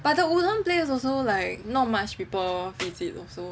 but the udon place also like not much people visit also